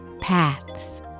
paths